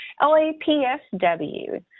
LAPSW